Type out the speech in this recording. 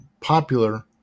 popular